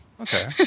Okay